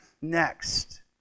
next